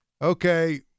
Okay